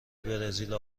برزیل